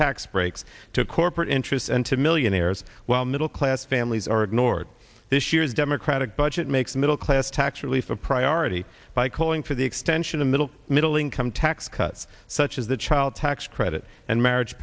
tax breaks to corporate interests and to millionaires while middle class families are ignored this year's democratic budget makes middle class tax relief a priority by calling for the extension of middle middle income tax cuts such as the child tax credit and marriage